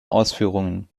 ausführungen